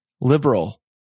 liberal